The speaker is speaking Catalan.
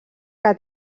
que